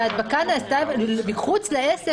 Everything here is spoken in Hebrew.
וההדבקה נעשתה מחוץ לעסק,